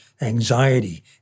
anxiety